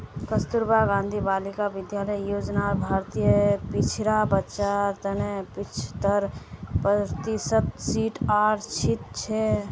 कस्तूरबा गांधी बालिका विद्यालय योजनार भीतरी पिछड़ा बच्चार तने पिछत्तर प्रतिशत सीट आरक्षित छे